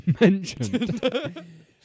mentioned